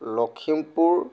Lakhimpur